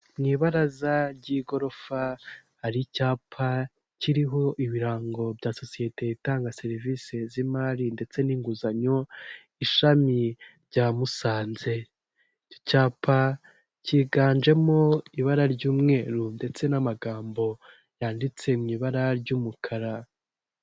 Mu ibaraza ry'igorofa hari icyapa kiriho ibirango bya sosiyete itanga serivisi z'imari ndetse n'inguzanyo ishami rya Musanze, icyo cyapa cyiganjemo ibara ry'umweru ndetse n'amagambo yanditse mu ibara ry'umukara.